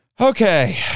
Okay